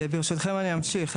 ברשותכם, אני אמשיך.